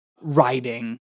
writing